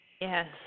yes